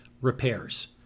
Repairs